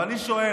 אבל אני שואל,